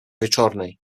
wieczornej